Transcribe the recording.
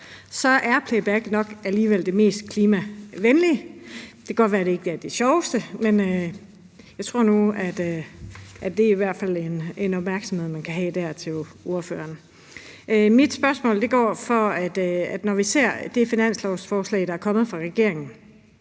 er playback nok alligevel det mest klimavenlige. Det kan godt være, det ikke bliver det sjoveste, men det er i hvert fald en opmærksomhed, ordføreren kan have der. Mit spørgsmål handler om det finanslovsforslag, der er kommet fra regeringen.